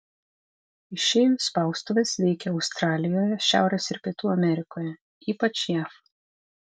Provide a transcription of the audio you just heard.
išeivių spaustuvės veikė australijoje šiaurės ir pietų amerikoje ypač jav